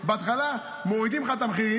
בהתחלה מורידים לך את המחירים,